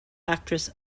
actress